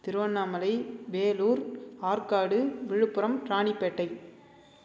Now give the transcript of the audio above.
Tiruvannamalai Vellore Arcot Villupuram Ranipet